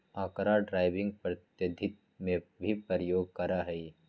अकरा ड्राइविंग पद्धति में भी प्रयोग करा हई